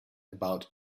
about